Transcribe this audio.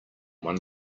one